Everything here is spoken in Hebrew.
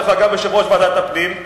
דרך אגב, יושב-ראש ועדת הפנים,